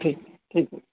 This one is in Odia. ଠିକ୍ ଠିକ୍